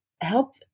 help